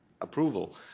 approval